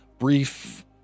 Brief